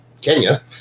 kenya